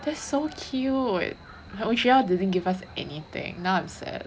that's so cute my O_G_L didn't give us anything now I am sad